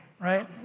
right